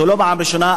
זו לא פעם ראשונה,